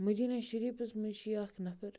مدیٖنَے شریٖفَس منٛز چھِ یہِ اکھ نَفر